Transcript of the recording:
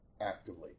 actively